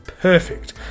Perfect